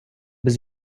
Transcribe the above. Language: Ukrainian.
без